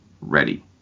ready